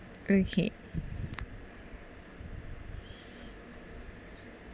okay